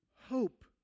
hope